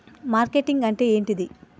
Marketing అంటే ఏంటిది?